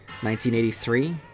1983